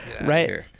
Right